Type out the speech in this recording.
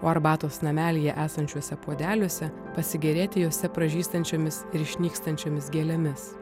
o arbatos namelyje esančiuose puodeliuose pasigėrėti jose pražystančiomis ir išnykstančiomis gėlėmis